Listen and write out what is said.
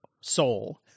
soul